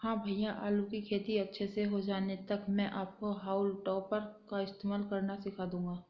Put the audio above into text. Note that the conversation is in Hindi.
हां भैया आलू की खेती अच्छे से हो जाने तक मैं आपको हाउल टॉपर का इस्तेमाल करना सिखा दूंगा